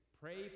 pray